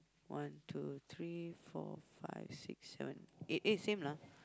one two there four five six seven eight eh same lah